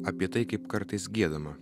apie tai kaip kartais giedama